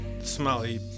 Smelly